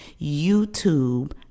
YouTube